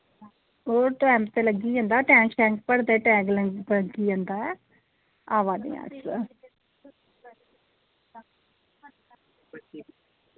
ओ time ते लग्गी जंदा टैंक शैंक भरदे टैम लग्गी जंदा ऐ आवा ने आं अस